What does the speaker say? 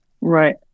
Right